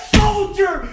soldier